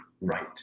right